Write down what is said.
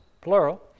plural